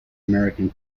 american